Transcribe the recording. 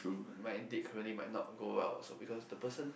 my intake currently might not go well also because the person